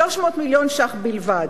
300 מיליון שקלים בלבד,